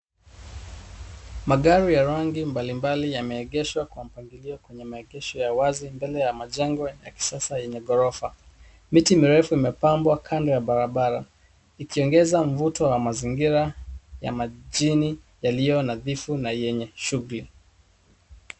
Magari ya rangi mbalimbali yameegeshwa kwa mpangilio kwenye maegesho ya wazi mbele ya majengo ya kisasa yenye ghorofa. Miti mirefu imepambwa kando ya barabara ikiongeza mvuto wa mazingira ya majini yaliyo nadhifu na yenye shughuli.